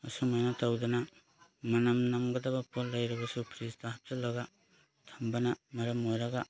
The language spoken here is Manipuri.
ꯑꯁꯨꯃꯥꯏꯅ ꯇꯧꯗꯅ ꯃꯅꯝ ꯅꯝꯒꯗꯕ ꯄꯣꯠ ꯂꯩꯔꯕꯁꯨ ꯐ꯭ꯔꯤꯖꯇ ꯍꯥꯞꯆꯜꯂꯒ ꯊꯝꯕꯅ ꯃꯔꯝ ꯑꯣꯏꯔꯒ